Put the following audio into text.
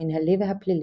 המינהלי והפלילי,